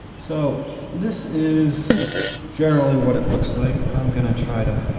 so this is generally what it looks like. i'm gonna try to